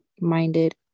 minded